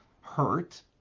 hurt